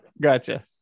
gotcha